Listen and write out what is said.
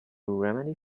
remedy